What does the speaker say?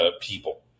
people